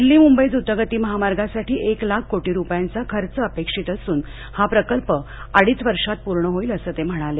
दिल्ली मुंबई द्रतगती महामार्गासाठी एक लाख कोटी रुपयांचा खर्च अपेक्षित असून हा प्रकल्प अडीच वर्षात पूर्ण होईल असं ते म्हणाले